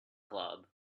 club